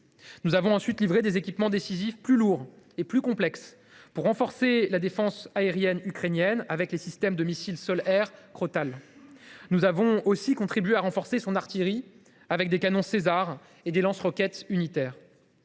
Nous avons ensuite livré des équipements décisifs, plus lourds et plus complexes, pour renforcer la défense aérienne ukrainienne, avec les systèmes de missiles sol air Crotale. Nous avons aussi contribué à renforcer son artillerie, avec des canons Caesar (camions équipés